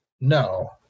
No